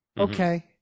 Okay